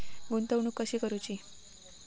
गुंतवणूक कशी करूची?